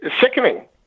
sickening